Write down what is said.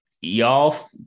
y'all